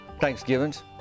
Thanksgiving's